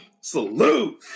salute